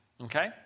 Okay